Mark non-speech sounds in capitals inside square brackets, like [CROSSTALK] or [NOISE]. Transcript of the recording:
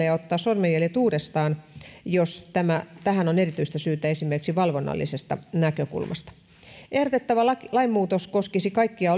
[UNINTELLIGIBLE] ja ottaa sormenjäljet uudestaan jos tähän on erityistä syytä esimerkiksi valvonnallisesta näkökulmasta ehdotettava lainmuutos koskisi kaikkia [UNINTELLIGIBLE]